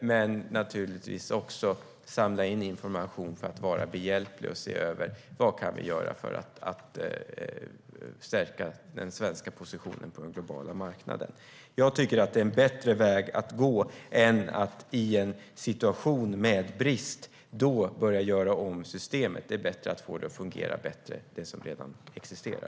Det handlar naturligtvis också om att samla in information, vara behjälplig och se över vad vi kan göra för att stärka den svenska positionen på den globala marknaden. Det är en bättre väg att gå än att i en situation med brist börja göra om systemet. Det är bättre att få det system som redan existerar att fungera bättre.